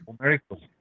miracles